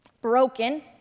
broken